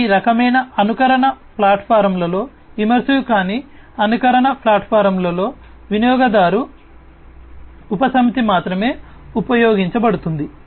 ఈ రకమైన అనుకరణ ప్లాట్ఫారమ్లలో ఇమ్మర్సివ్ కాని అనుకరణ ప్లాట్ఫామ్లలో వినియోగదారు ఇంద్రియాల మాత్రమే ఉపయోగించబడుతుంది